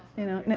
you know know,